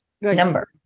number